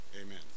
amen